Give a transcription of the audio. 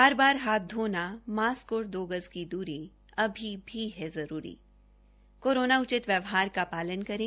बार बार हाथ धोना मास्कद और दो गज की दूरी अभी भी है जरूरी कोरोना उचित व्य का पालन करे